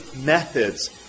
methods